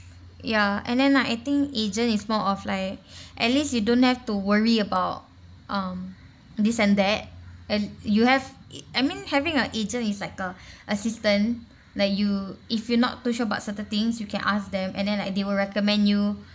ya and then like I think agent is more of like at least you don't have to worry about um this and that at you have I mean having a agent is like a assistant like you if you not too sure about certain things you can ask them and then like they will recommend you